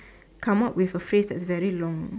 come out with a phrase that's very long